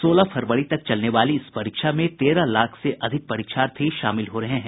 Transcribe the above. सोलह फरवरी तक चलने वाली इस परीक्षा में तेरह लाख से अधिक परीक्षार्थी शामिल हो रहे हैं